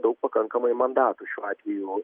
daug pakankamai mandatų šiuo atveju